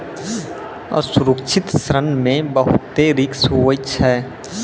असुरक्षित ऋण मे बहुते रिस्क हुवै छै